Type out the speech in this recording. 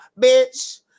bitch